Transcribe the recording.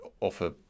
offer